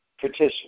Petition